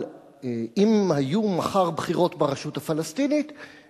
אם היו מחר בחירות ברשות הפלסטינית,